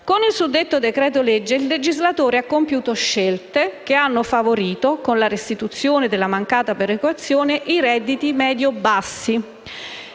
Con il suddetto decreto-legge, il legislatore ha compiuto scelte che hanno favorito, con la restituzione della mancata perequazione, i redditi medio-bassi,